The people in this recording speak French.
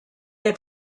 est